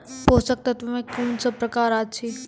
पोसक तत्व मे कून सब प्रकार अछि?